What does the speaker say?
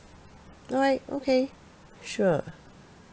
alright okay sure